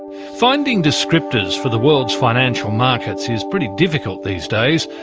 finding descriptors for the world's financial markets is pretty difficult these days.